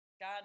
God